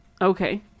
Okay